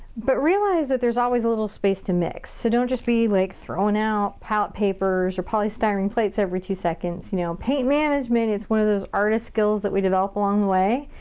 but realize that there's always a little space to mix. so don't just be like throwing out palette papers or polystyrene plates every two seconds. you know. paint management. it's one of those artist skills that we develop along the way.